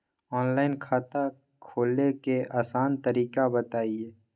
Online खाता खोले के आसान तरीका बताए?